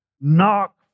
Knock